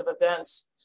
events